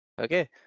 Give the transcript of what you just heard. Okay